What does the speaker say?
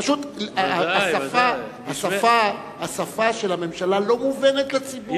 גשמי, פשוט, השפה של הממשלה לא מובנת לציבור.